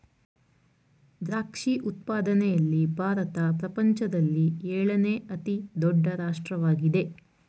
ದ್ರಾಕ್ಷಿ ಉತ್ಪಾದನೆಯಲ್ಲಿ ಭಾರತ ಪ್ರಪಂಚದಲ್ಲಿ ಏಳನೇ ಅತಿ ದೊಡ್ಡ ರಾಷ್ಟ್ರವಾಗಿದೆ